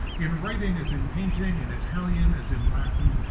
in writing as in painting, in italian as in latin,